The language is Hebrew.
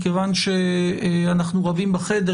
מכיוון שאנחנו רבים בחדר,